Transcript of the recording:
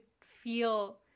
feel